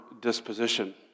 disposition